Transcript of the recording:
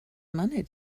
money